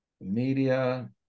media